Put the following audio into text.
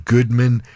Goodman